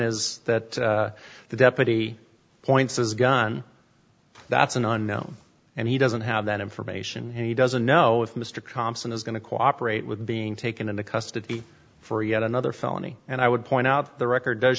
is that the deputy points his gun that's an unknown and he doesn't have that information he doesn't know if mr thompson is going to cooperate with being taken into custody for yet another felony and i would point out the record does